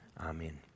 Amen